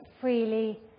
freely